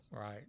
Right